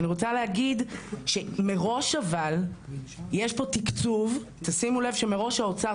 אני רוצה להגיד שמראש יש פה תקצוב תשימו לב שמראש האוצר